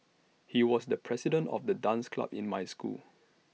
he was the president of the dance club in my school